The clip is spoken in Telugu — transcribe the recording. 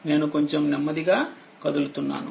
నేను కొంచెం నెమ్మదిగా కదులుతున్నాను